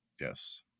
Yes